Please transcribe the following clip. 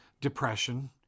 depression